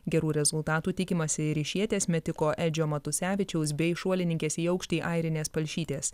gerų rezultatų tikimasi ir išrietęs metiko edžio matusevičiaus bei šuolininkės į aukštį airinės palšytės